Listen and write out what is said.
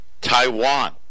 Taiwan